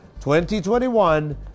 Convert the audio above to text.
2021